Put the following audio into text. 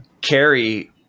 Carrie